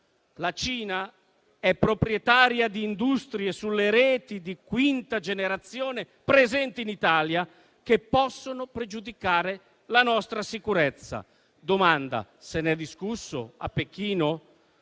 La Cina è proprietaria di industrie sulle reti di quinta generazione presenti in Italia, che possono pregiudicare la nostra sicurezza. Domanda: se n'è discusso a Pechino?